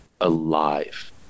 alive